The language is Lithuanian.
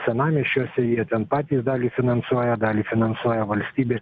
senamiesčiuose jie ten patys dalį finansuoja dalį finansuoja valstybė